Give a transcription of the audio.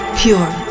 pure